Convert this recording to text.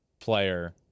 player